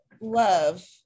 love